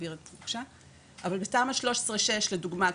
אבל בתמ"א 6/13 לדוגמה,